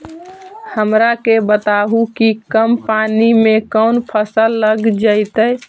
हमरा के बताहु कि कम पानी में कौन फसल लग जैतइ?